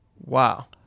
Wow